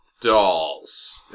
dolls